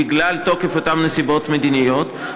בגלל תוקף אותן נסיבות מדיניות,